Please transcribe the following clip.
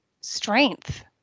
strength